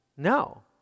no